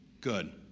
Good